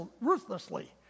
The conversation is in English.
ruthlessly